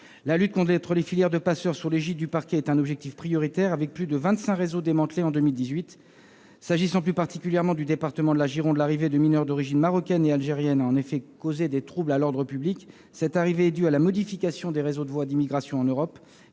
La lutte contre les filières de passeurs, sous l'égide du parquet, est un objectif prioritaire : plus de vingt-cinq réseaux ont été démantelés en 2018. S'agissant plus particulièrement du département de la Gironde, l'arrivée de mineurs d'origine marocaine ou algérienne a en effet causé des troubles à l'ordre public. Cette arrivée est due à la modification des réseaux et des voies d'immigration en Europe.